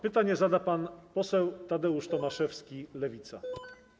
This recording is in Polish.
Pytanie zada pan poseł Tadeusz Tomaszewski, Lewica.